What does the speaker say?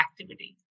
activity